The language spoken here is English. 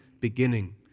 beginning